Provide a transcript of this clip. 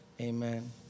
Amen